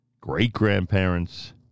great-grandparents